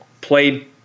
played